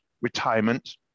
retirement